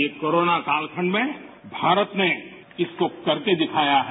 ये कोरोना कालखंड में भारत ने इसको कर के दिखाया है